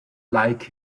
like